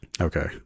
Okay